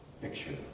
picture